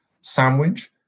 sandwich